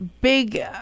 big